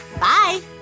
Bye